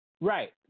Right